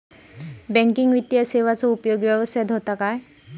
Banking वित्तीय सेवाचो उपयोग व्यवसायात होता काय?